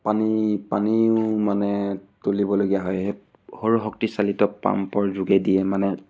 পানী পানীও মানে তুলিবলগীয়া হয় সৌৰশক্তি চালিত পাম্পৰ যোগেদিয়ে মানে